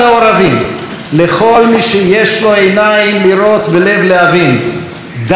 לכל מי שיש לו עיניים לראות ולב להבין: די להסתה.